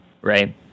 right